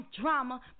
Drama